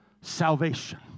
salvation